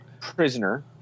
prisoner